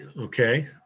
Okay